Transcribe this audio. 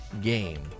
game